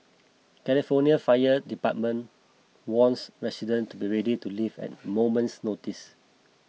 California Fire Department warns residents to be ready to leave at moment's notice